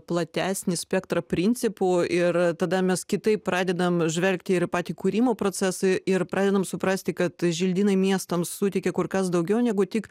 platesnį spektrą principų ir tada mes kitaip pradedam žvelgt ir patį kūrimo procesą ir pradedam suprasti kad želdynai miestams suteikia kur kas daugiau negu tik